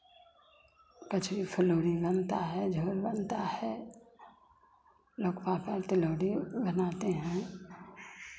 कचरी फुलौरी बनता है झोर बनता है लकुआ का तिलौरी बनाते हैं